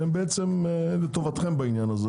שהם בעצם לטובתם בעניין הזה